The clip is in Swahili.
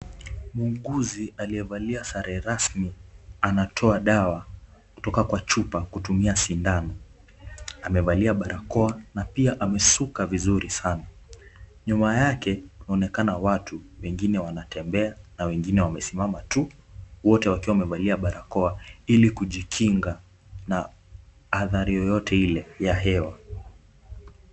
Muuguzi aliyevalia sare rasmi anatoa dawa kutoka kwa chupa kutumia sindano, amevalia barakoa na pia amesuka vizuri sana, nyuma yake kunaonekana watu, wengine wanatembea na wengine wamesimama tu, wote wakiwa wamevalia barakoa, ili kujikinga na athari yoyote ile ya hewa.